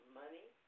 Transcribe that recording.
money